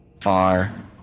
far